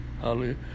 Hallelujah